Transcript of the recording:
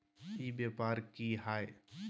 ई व्यापार की हाय?